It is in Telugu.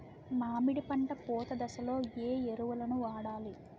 మామిడి పంట పూత దశలో ఏ ఎరువులను వాడాలి?